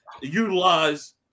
utilize